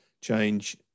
change